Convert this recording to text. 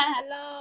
Hello